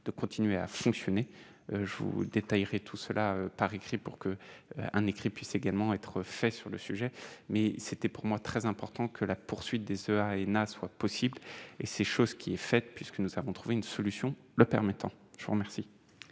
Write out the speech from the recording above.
de continuer à fonctionner, je vous détaillerait tout cela par écrit pour que un écrit puissent également être fait sur le sujet, mais c'était pour moi très important que la poursuite des et a soit possible et ces choses qui est fait puisque nous avons trouvé une solution : le permettant, je vous remercie.